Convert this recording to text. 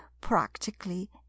practically